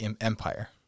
empire